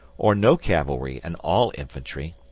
or no cavalry and all infantry,